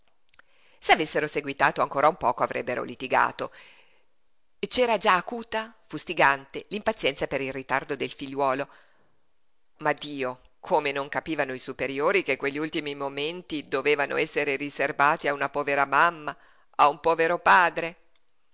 se avessero seguitato ancora un poco avrebbero litigato c'era già acuta fustigante l'impazienza per il ritardo del figliuolo ma dio come non capivano i superiori che quegli ultimi momenti dovevano essere riserbati a una povera mamma a un povero padre